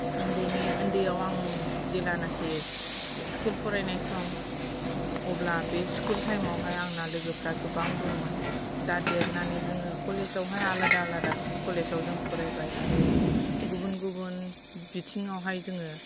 उन्दैनि उन्दैयाव आं जेलानाखि स्कुल फरायनाय सम अब्ला बे स्कुल टाइमावहाय आंना लोगोफ्रा गोबां दंमोन दा देरनानै जोङो कलेजावहाय आलादा आलादा कलेजाव जों फरायबाय आरो गुबुन गुबुन बिथिङावहाय जोङो